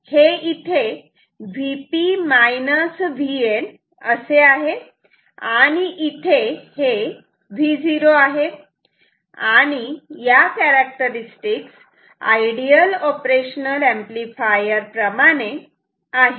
हे इथे Vp Vn असे आहे आणि इथे हे Vo आहे आणि या कॅरेक्टरस्टिक्स आयडियल ऑपरेशनल ऍम्प्लिफायर प्रमाणे आहे